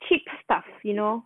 cheap stuff you know